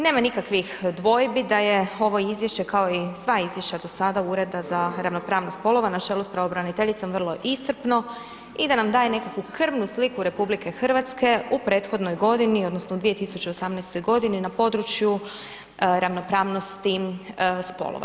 Nema nikakvih dvojbi da je ovo Izvješće kao i sva izvješća do sada Ureda za ravnopravnost spolova na čelu sa pravobraniteljicom vrlo iscrpno i da nam daje nekakvu krvnu sliku Republike Hrvatske u prethodnoj godini odnosno 2018. godini na području ravnopravnosti spolova.